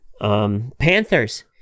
Panthers